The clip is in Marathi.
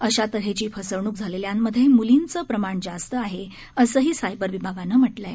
अशा तऱ्हेची फसवणूक झालेल्यांमधे म्लींचं प्रमाण जास्त आहे असंही सायबर विभागानं म्हटलं आहे